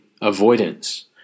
avoidance